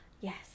Yes